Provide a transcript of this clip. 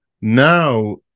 Now